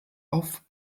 auf